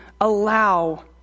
allow